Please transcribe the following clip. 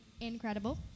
incredible